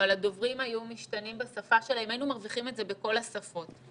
אבל הדוברים היו משתנים בשפה שלהם היינו מרוויחים את זה בכל השפות,